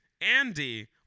Andy